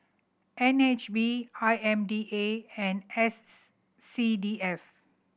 N H B I M D A and S C D F